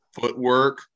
footwork